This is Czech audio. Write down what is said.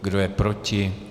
Kdo je proti?